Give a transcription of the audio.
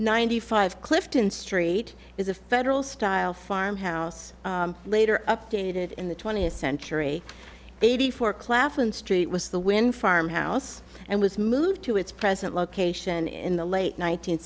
ninety five clifton street is a federal style farm house later updated in the twentieth century eighty four claflin street was the wind farm house and was moved to its present location in the late nineteen